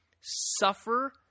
Suffer